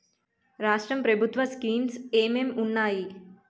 రాష్ట్రం ప్రభుత్వ స్కీమ్స్ ఎం ఎం ఉన్నాయి?